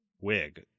wig